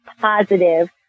positive